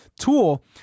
tool